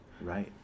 Right